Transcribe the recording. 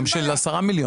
גם של 10 מיליון.